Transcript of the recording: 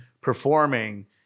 performing